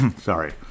Sorry